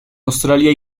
australia